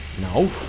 No